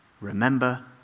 Remember